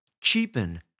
cheapen